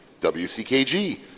WCKG